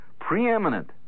preeminent